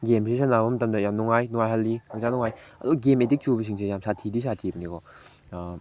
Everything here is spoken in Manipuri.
ꯒꯦꯝꯁꯦ ꯁꯥꯟꯅꯕ ꯃꯇꯝꯗ ꯌꯥꯝ ꯅꯨꯡꯉꯥꯏ ꯌꯥꯝ ꯅꯨꯡꯉꯥꯏꯍꯜꯂꯤ ꯍꯛꯆꯥꯡ ꯅꯨꯡꯉꯥꯏ ꯑꯗꯣ ꯒꯦꯝ ꯑꯦꯗꯤꯛ ꯆꯨꯕꯁꯤꯡꯁꯦ ꯌꯥꯝ ꯁꯥꯊꯤꯗꯤ ꯁꯥꯊꯤꯕꯅꯤꯀꯣ